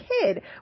kid